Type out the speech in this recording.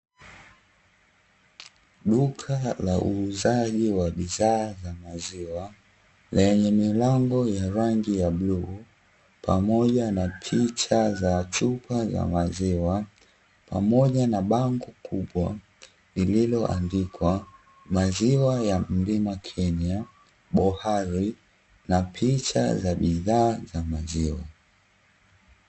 Duka la uuzaji wa bidhaa za maziwa, lenye milango ya rangi ya bluu pamoja na picha za chupa za maziwa pamoja na bango kubwa lilioandikwa maziwa ya mlima kenya bohari napicha za bidhaa za maziwa.